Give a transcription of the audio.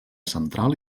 central